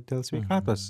dėl sveikatos